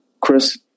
Chris